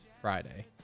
Friday